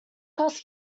costs